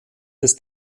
des